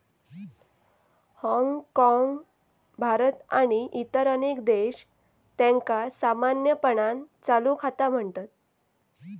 हाँगकाँग, भारत आणि इतर अनेक देश, त्यांका सामान्यपणान चालू खाता म्हणतत